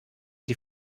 die